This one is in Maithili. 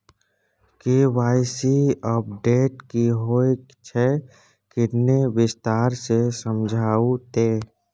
के.वाई.सी अपडेट की होय छै किन्ने विस्तार से समझाऊ ते?